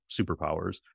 superpowers